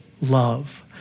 love